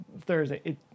Thursday